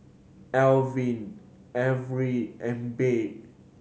Alvin Averi and Bea